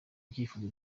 byifuzo